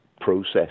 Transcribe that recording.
process